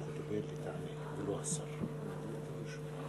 ברכותי, פעם ראשונה שאני